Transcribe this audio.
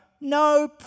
no